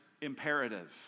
imperative